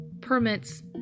permits